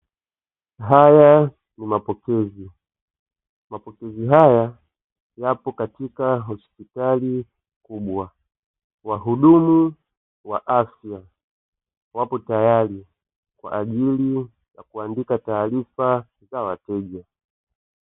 Haya ni mapokezi. Mapokezi haya yapo katika hospitali kubwa. Wahudumu wa afya wapo tayari kwa ajili ya kuandika taarifa za wateja.